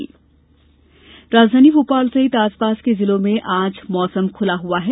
मौसम राजधानी भोपाल सहित आसपास के जिलों में आज मौसम खुला हुआ है